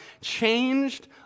Changed